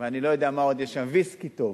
ואני לא יודע מה עוד יש שם, ויסקי טוב